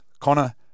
Connor